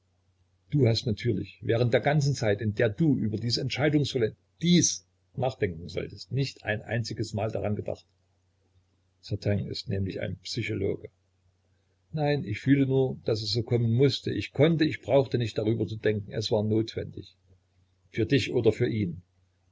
du hast natürlich während der ganzen zeit in der du über dies entscheidungsvolle dies nachdenken solltest nicht ein einziges mal daran gedacht certain ist nämlich ein psychologe nein ich fühlte nur daß es so kommen mußte ich konnte ich brauchte nicht darüber zu denken es war notwendig für dich oder für ihn